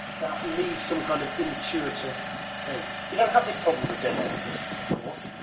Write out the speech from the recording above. that leaves some kind of intuitive thing. you don't have this problem with jedis, of course.